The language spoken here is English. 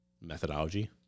methodology